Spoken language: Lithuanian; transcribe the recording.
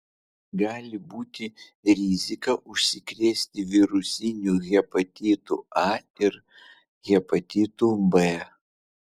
gali būti rizika užsikrėsti virusiniu hepatitu a ir hepatitu b